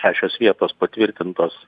šešios vietos patvirtintos